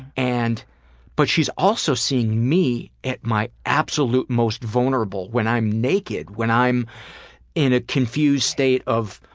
and but she's also seeing me at my absolute most vulnerable. when i'm naked, when i'm in a confused state of